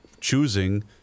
choosing